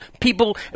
people